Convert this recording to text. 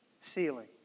ceiling